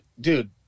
dude